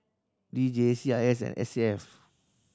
D J C I S and S A F